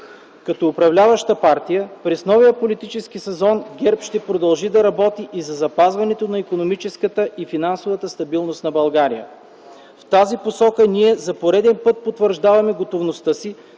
Като управляваща партия през новия политически сезон ГЕРБ ще продължи да работи и за запазването на икономическата и финансовата стабилност на България. В тази посока ние за пореден път потвърждаваме готовността си